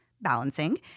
balancing